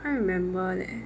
can't remember leh